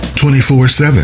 24-7